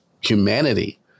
humanity